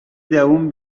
دووم